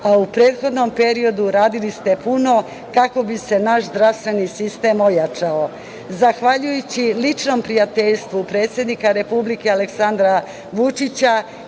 a u prethodnom periodu radili ste puno kako bi se naš zdravstveni sistem ojačao. Zahvaljujući ličnom prijateljstvu predsednika Republike Aleksandra Vučića